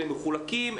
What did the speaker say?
אלה מחולקים,